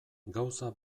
gauza